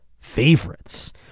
favorites